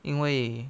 因为